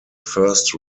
first